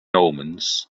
omens